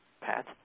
Pat